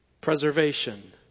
Preservation